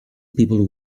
people